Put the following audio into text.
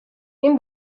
این